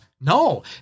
No